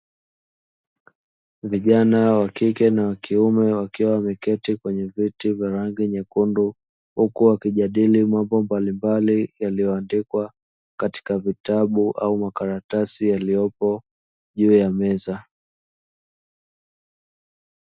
Vijana wa kiume na wa kike wakiwa wameketi kwenye viti vya rangi nyekundi, huku wakijadili mambo mbalimbali yaliyo andikwa katika vitabu au makaratasi yaliyopo juu ya meza.